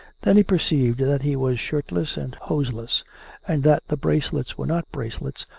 then he perceived that he was shirtless and hoseless and that the bracelets were not bracelets,